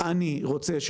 אתם אמרתם